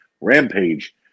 rampage